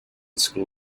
school